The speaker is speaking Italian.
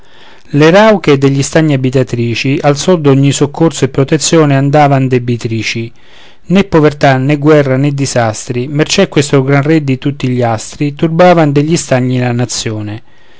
le rauche degli stagni abitatrici al sol d'ogni soccorso e protezione andavan debitrici né povertà né guerra né disastri mercé questo gran re di tutti gli astri turbavan degli stagni la nazione